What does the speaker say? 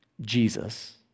Jesus